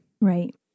Right